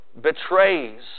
betrays